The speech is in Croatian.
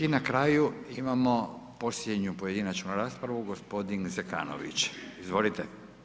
I na kraju imamo posljednju pojedinačnu raspravu, gospodin Zekanović, izvolite.